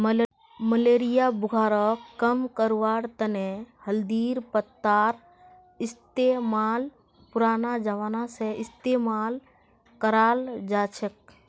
malaria बुखारक कम करवार तने हल्दीर पत्तार इस्तेमाल पुरना जमाना स इस्तेमाल कराल जाछेक